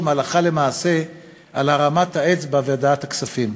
הלכה למעשה על הרמת האצבע בוועדת הכספים.